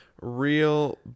real